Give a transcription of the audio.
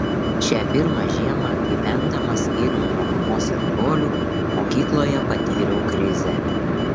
šią pirmą žiemą gyvendamas skyrium nuo mamos ir brolių mokykloje patyriau krizę